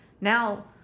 Now